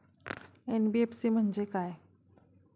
NBFC म्हणजे काय?